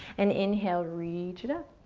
and inhale, reach it up.